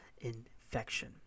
infection